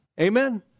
Amen